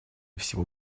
всего